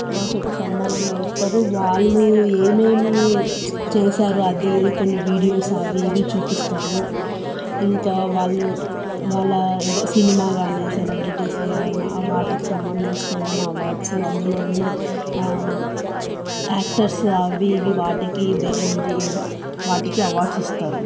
awards అయితే సన్మానం చేస్తారు వాళ్ళు ఏమేమి చేశారు అది ఇది కొన్ని వీడియోస్ అవి ఇవి చూపిస్తారు ఇంకా వాళ్ళు వాళ్ళ ఏదో సినిమా కాని సెలబ్రిటీస్ ఏవైనా వాటికి సంబంధించిన ఏవైనా అవార్డ్స్ అందులో ఉన్న యాక్టర్స్ అవి ఇవి వాటికి వాటికి అవార్డ్స్ ఇస్తారు